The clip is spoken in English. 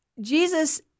Jesus